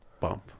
bump